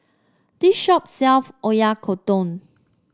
this shop sells Oyakodon